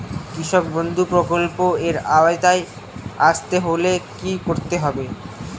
কৃষকবন্ধু প্রকল্প এর আওতায় আসতে হলে কি করতে হবে?